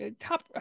top